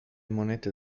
monete